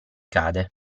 cade